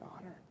honor